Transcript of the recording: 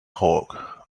hog